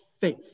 faith